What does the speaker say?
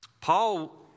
Paul